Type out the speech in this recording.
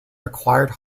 required